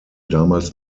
damals